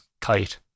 kite